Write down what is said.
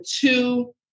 two